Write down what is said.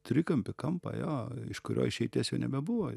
trikampį kampą jo iš kurio išeities jau nebebuvo